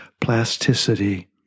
plasticity